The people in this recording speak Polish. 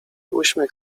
uśmiech